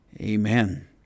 Amen